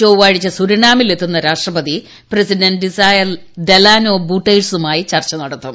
ചൊവ്വാഴ്ച സുരിനാമിൽ എത്തുന്ന രാഷ്ട്രപതി പ്രസിഡന്റ് ഡിസൈർ ഡെലാനോ ബൂട്ടേഴ്സുമായി ചർച്ച നടത്തും